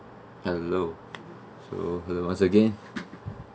hello so hello once again